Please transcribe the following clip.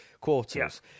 quarters